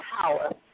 power